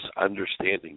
understanding